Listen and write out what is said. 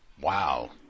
wow